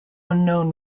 unknown